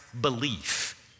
belief